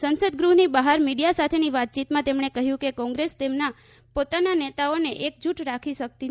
સંસદ ગૃહની બહાર મીડિયા સાથેની વાતચીતમાં તેમણે કહ્યું કે કોંગ્રેસ તેમના પોતાના નેતાઓને એકજૂટ રાખી શકતી નથી